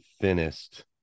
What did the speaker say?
thinnest